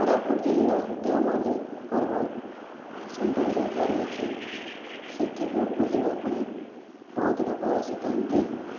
କୋରାପୁଟ ଜିଲ୍ଲା ଦେଓମାଳି ପର୍ବତ ସୌନ୍ଦର୍ଯ୍ୟତା ରହିଛି ସେଠିକୁ ବୁଲିବା ପାଇଁ ବହୁତ ଲୋକ ଆସିଥାନ୍ତି